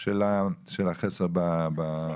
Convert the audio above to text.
של החסר במספרים.